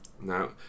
Now